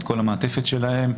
את כל המעטפת שלהם.